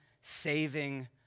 saving